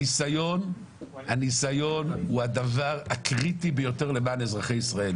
הניסיון הוא הדבר הקריטי ביותר למען אזרחי ישראל.